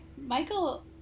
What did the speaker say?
Michael